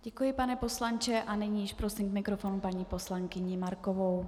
Děkuji, pane poslanče, a nyní již prosím k mikrofonu paní poslankyni Markovou.